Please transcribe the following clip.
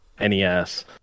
NES